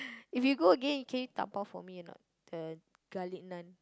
if you go again can you dabao for me or not the garlic Naan